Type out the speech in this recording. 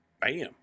bam